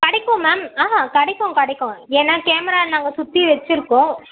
கிடைக்கும் மேம் கிடைக்கும் கிடைக்கும் ஏன்னா கேமரா நாங்கள் சுற்றி வச்சிருக்கோம்